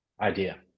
idea